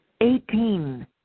Eighteen